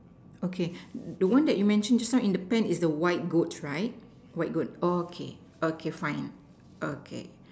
okay the one that you mention just now in the pen is the white goats right white goats orh okay okay fine okay